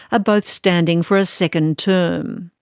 ah both standing for a second term.